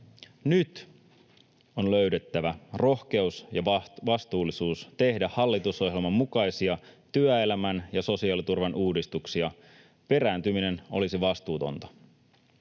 Nyt on löydettävä rohkeus ja vastuullisuus tehdä hallitusohjelman mukaisia työelämän ja sosiaaliturvan uudistuksia. Perääntyminen olisi vastuutonta.